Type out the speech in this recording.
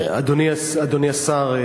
אדוני השר,